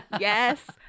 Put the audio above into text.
yes